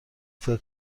فکر